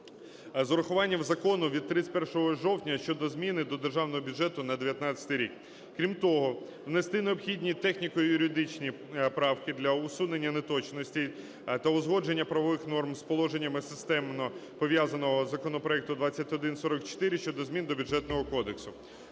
з врахуванням закону від 31 жовтня щодо зміни до Державного бюджету на 19-й рік. Крім того, внести необхідні техніко-юридичні правки для усунення неточностей та узгодження правових норм з положенням системно пов'язаного законопроекту 2144 щодо змін до Бюджетного кодексу.